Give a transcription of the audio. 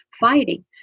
fighting